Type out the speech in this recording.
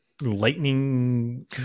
lightning